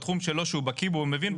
בתחום שלו שהוא בקיא בו מבין,